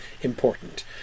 important